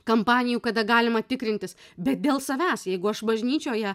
kampanijų kada galima tikrintis bet dėl savęs jeigu aš bažnyčioje